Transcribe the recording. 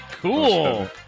Cool